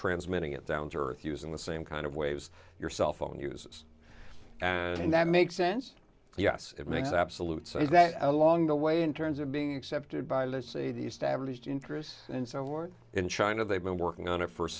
transmitting it down to earth using the same kind of waves your cellphone uses and that makes sense yes it makes absolute sense that along the way in terms of being accepted by let's say the established interests and so forth in china they've been working